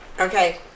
Okay